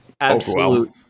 absolute